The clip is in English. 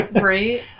Right